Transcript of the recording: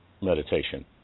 meditation